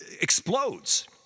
explodes